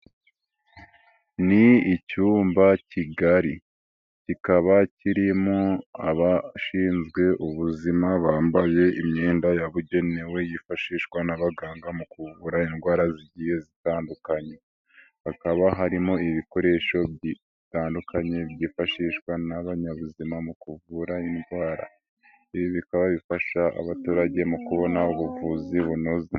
Ni icyumba kigari, kikaba kirimo abashinzwe ubuzima bambaye imyenda yabugenewe yifashishwa n'abaganga mu kuvura indwara zigiye zitandukanye, hakaba harimo ibikoresho bitandukanye byifashishwa n'abanyabuzima mu kuvura indwara, ibi bikaba bifasha abaturage mu kubona ubuvuzi bunoze.